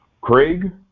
Craig